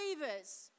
believers